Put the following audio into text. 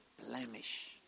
blemish